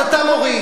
אז אתה מוריד.